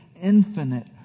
infinite